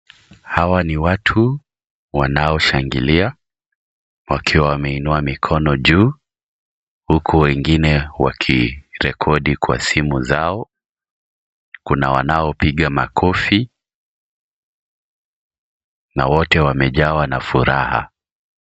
Hawa ni watu wanaoshangilia wakiwa wameinua mikono juu, huku wengine wakirekodi kwa simu zao. Kuna wanaopiga makofi na wote wamejaa na furaha.